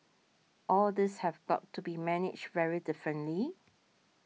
all these have got to be managed very differently